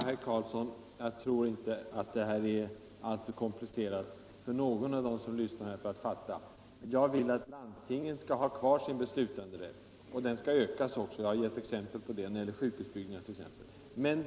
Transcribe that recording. Herr talman! Jag tror inte, herr Karlsson i Huskvarna, att detta är alltför komplicerat att fatta för någon av dem som lyssnar här. Jag vill att landstingen skall ha kvar sin beslutanderätt och att den skall ökas, t.ex. när det gäller sjukhusbyggandet.